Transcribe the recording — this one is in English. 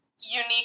unique